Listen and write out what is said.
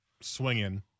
swinging